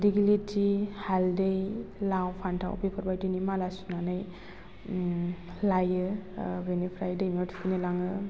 दिग्लिथि हालदै लाव फान्थाव बेफोर बायदिनि माला सुनानै लायो बेनिफ्राइ दैमायाव थुखैनो लाङो